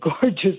gorgeous